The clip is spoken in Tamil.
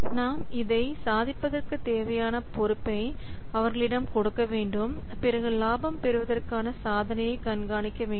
நாம் இதை சாதிப்பதற்கு தேவையான பொறுப்பை அவர்களிடம் கொடுக்க வேண்டும் பிறகு இலாபம் பெறுவதற்கான சாதனையை கண்காணிக்க வேண்டும்